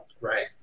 Right